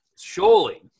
Surely